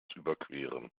überqueren